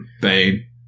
Bane